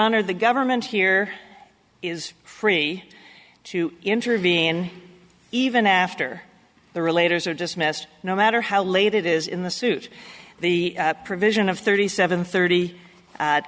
honor the government here is free to intervene even after the relator dismissed no matter how late it is in the suit the provision of thirty seven thirty